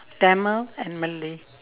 tamil and malay